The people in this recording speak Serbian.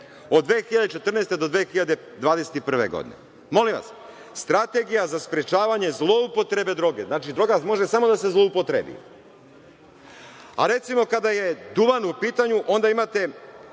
od 2014. do 2021. godine. Molim vas, Strategija za sprečavanje zloupotrebe droge, znači, droga može samo da se zloupotrebi, a recimo, kada je duvan u pitanju, onda imate…